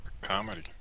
comedy